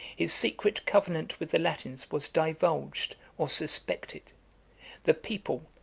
his secret covenant with the latins was divulged or suspected the people,